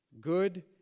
good